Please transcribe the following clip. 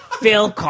Phil